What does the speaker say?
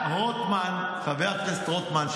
חבר הכנסת רוטמן,